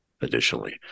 Additionally